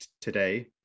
today